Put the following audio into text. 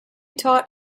taught